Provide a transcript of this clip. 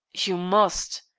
you must.